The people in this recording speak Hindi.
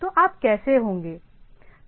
तो आप कैसे होंगे